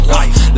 life